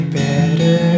better